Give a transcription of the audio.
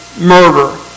murder